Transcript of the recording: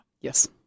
Yes